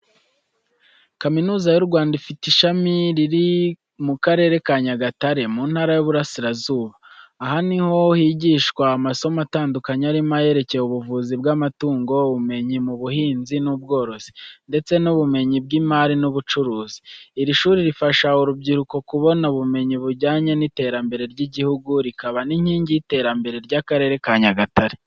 Kaminuza y’u Rwanda ifite ishami riri mu Karere ka Nyagatare, mu Ntara y’Iburasirazuba. Aha ni ho higishwa amasomo atandukanye arimo ayerekeye ubuvuzi bw’amatungo, ubumenyi mu buhinzi n’ubworozi, ndetse n’ubumenyi bw’imari n’ubucuruzi. Iri shuri rifasha urubyiruko kubona ubumenyi bujyanye n’iterambere ry’igihugu, rikaba n’inkingi y’iterambere ry’Akarere ka Nyagatare.